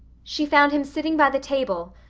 she found him sitting by the table,